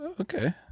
okay